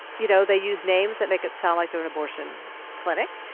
you know, they use names that make it sound like they're an abortion clinic,